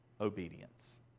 Obedience